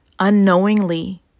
Unknowingly